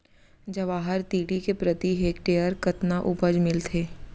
जवाहर तिलि के प्रति हेक्टेयर कतना उपज मिलथे?